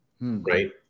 Right